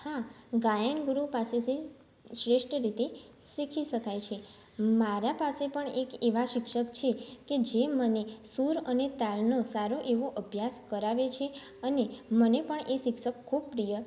હા ગાયન ગુરુ પાસેથી શ્રેષ્ઠ રીતે શીખી શકાય છે મારા પાસે પણ એક એવા શિક્ષક છે કે જે મને સૂર અને તાલનો સારો એવો અભ્યાસ કરાવે છે અને મને પણ એ શિક્ષક ખૂબ પ્રિય